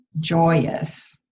joyous